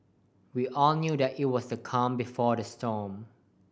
we all knew that it was the calm before the storm